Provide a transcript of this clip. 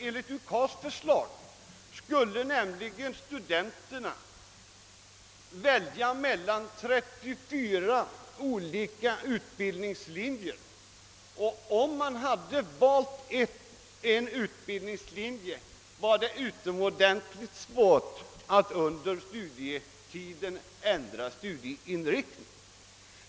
Enligt UKAS:s förslag hade nämligen studenterna att välja mellan 34 olika utbildningslinjer, och när man en gång valt utbildningslinje var det utomordentligt svårt att under studietiden ändra studieinriktning.